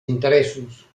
interessos